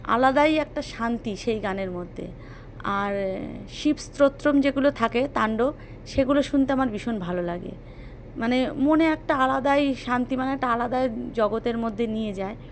আলাদাই একটা শান্তি সেই গানের মধ্যে আর শিবস্তোত্রম যেগুলো থাকে তাণ্ডব সেগুলো শুনতে আমার ভীষণ ভালো লাগে মানে মনে একটা আলাদাই শান্তি মানে একটা আলাদাই জগতের মধ্যে নিয়ে যায়